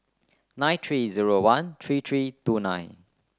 nine three zero one three three two nine